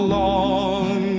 long